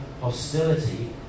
hostility